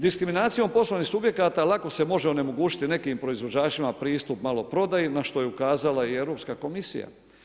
Diskriminacijom poslovnih subjekata lako se može onemogućiti nekim proizvođačima pristup maloprodaji na što je ukazala i Europska komisija.